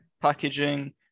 packaging